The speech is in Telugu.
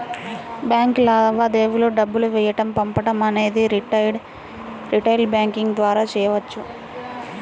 బ్యాంక్ లావాదేవీలు డబ్బులు వేయడం పంపడం అనేవి రిటైల్ బ్యాంకింగ్ ద్వారా చెయ్యొచ్చు